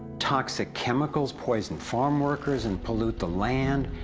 toxic chemicals poison farmworkers and pollute the land,